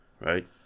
right